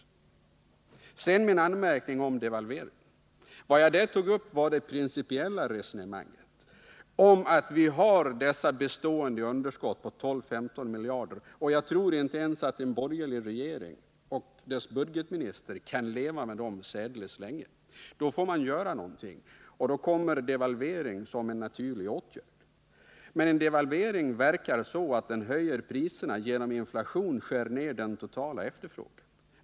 Vad jag tog upp i min anmärkning mot devalveringen var det principiella resonemanget om att vi har bestående underskott på 12-15 miljarder. Jag tror inte att ens en borgerlig regering och budgetministern kan leva med det särdeles länge. Då får man göra någonting. Och då blir en devalvering en naturlig åtgärd. Men en devalvering verkar så att den höjer priserna och skär ned den totala efterfrågan genom inflation.